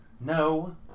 No